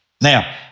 Now